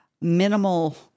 minimal